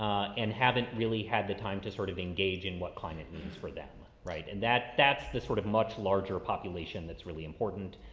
and haven't really had the time to sort of engage in what client it means for them. right. and that that's the sort of much larger population that's really important.